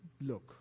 look